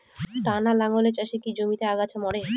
টানা লাঙ্গলের চাষে কি জমির আগাছা মরে?